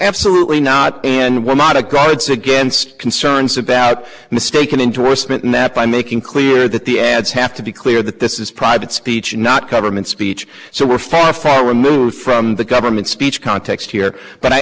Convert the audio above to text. absolutely not and we're not a god so against concerns about mistaken into or spent and that by making clear that the ads have to be clear that this is private speech not government speech so we're far far removed from the government speech context here but i